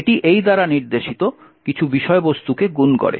এটি এই দ্বারা নির্দেশিত কিছু বিষয়বস্তুকে গুণ করে